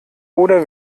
oder